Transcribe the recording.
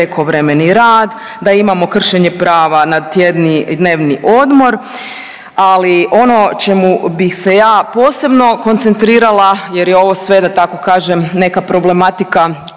prekovremeni rad, da imamo kršenje prava na tjedni i dnevni odmor, ali ono čemu bih se ja posebno koncentrirala jer je ovo sve da tako kažem neka problematika